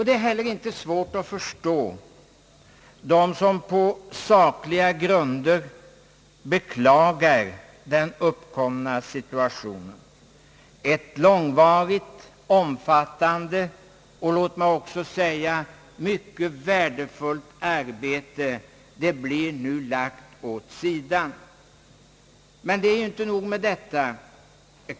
Det är inte svårt att förstå dem som på sakliga grunder beklagar den uppkomna situationen. Ett långvarigt, omfattande och låt mig säga mycket omfattande arbete blir nu lagt åt sidan. Men det är inte nog med detta.